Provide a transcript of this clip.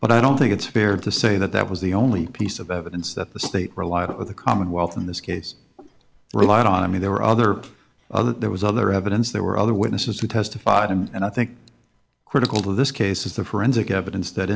but i don't think it's fair to say that that was the only piece of evidence that the state relied on the commonwealth in this case relied on i mean there were other other there was other evidence there were other witnesses who testified and i think critical to this case was the forensic evidence that